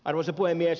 arvoisa puhemies